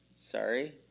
sorry